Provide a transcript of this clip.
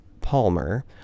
palmer